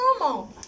normal